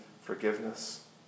forgiveness